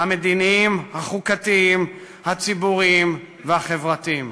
המדיניים, החוקתיים, הציבוריים והחברתיים.